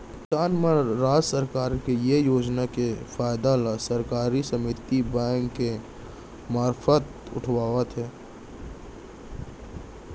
किसान मन राज सरकार के ये योजना के फायदा ल सहकारी समिति बेंक के मारफत उठावत हें